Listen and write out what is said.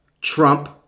Trump